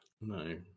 no